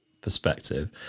perspective